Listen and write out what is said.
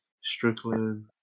Strickland